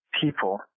people